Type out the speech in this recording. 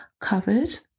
covered